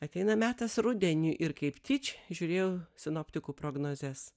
ateina metas rudeniui ir kaip tyčia žiūrėjau sinoptikų prognozes